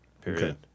Period